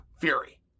Fury